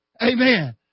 Amen